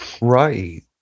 right